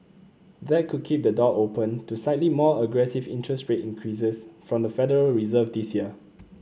that could keep the door open to slightly more aggressive interest rate increases from the Federal Reserve this year